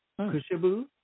Kushabu